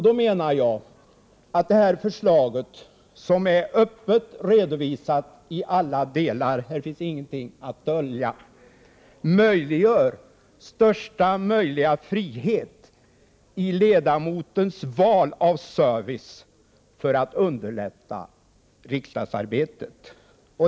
Då menar jag att förvaltningsstyrelsens förslag, som är öppet redovisat i alla delar — här finns ingenting att dölja — ger största möjliga frihet i ledamotens val av service för att underlätta riksdagsarbetet.